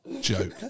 joke